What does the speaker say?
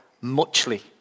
Muchly